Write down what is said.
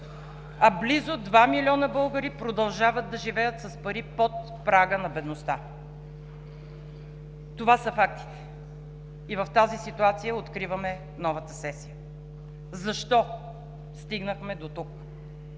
а близо 2 милиона българи продължават да живеят с пари под прага на бедността. Това са фактите и в тази ситуация откриваме новата сесия. Защо стигнахме дотук?